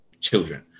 children